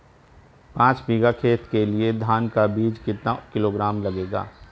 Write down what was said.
पाँच बीघा खेत के लिये धान का बीज कितना किलोग्राम लगेगा?